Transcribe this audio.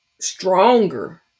stronger